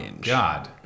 god